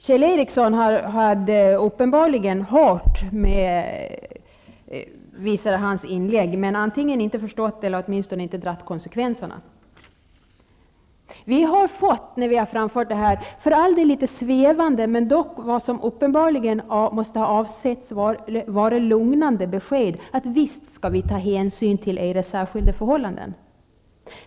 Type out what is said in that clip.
Kjell Ericsson hade uppenbarligen hört, visade hans inlägg, men han hade antingen inte förstått eller åtminstone inte dragit konsekvenserna. När vi har framfört det här har vi fått, för all del litet svävande men dock vad som uppenbarligen avsetts vara lugnande besked: Visst skall vi ta hänsyn till era särskilda förhållanden.